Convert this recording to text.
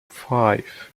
five